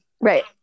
right